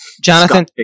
Jonathan